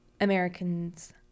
Americans